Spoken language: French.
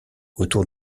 autour